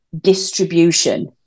distribution